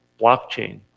blockchain